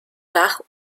part